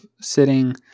sitting